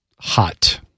Hot